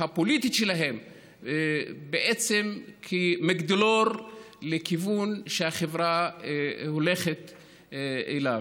הפוליטית שלהם בעצם כמגדלור לכיוון שהחברה הולכת אליו,